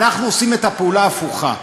אנחנו עושים את הפעולה ההפוכה,